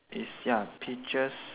it's ya peaches